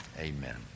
amen